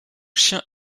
chien